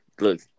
look